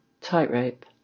Tightrope